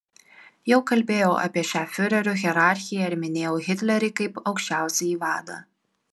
jau kalbėjau apie šią fiurerių hierarchiją ir minėjau hitlerį kaip aukščiausiąjį vadą